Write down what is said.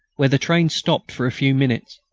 where the train stopped for a few minutes.